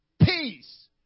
peace